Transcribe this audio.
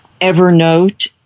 Evernote